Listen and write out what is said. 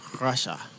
Russia